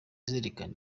zerekana